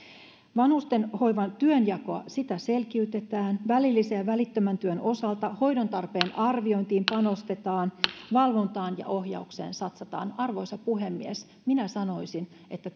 vanhustenhoivan työnjakoa selkiytetään välillisen ja välittömän työn osalta hoidontarpeen arviointiin panostetaan valvontaan ja ohjaukseen satsataan arvoisa puhemies minä sanoisin että